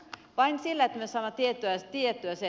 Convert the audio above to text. vain sillä me saamme tiedettyä sen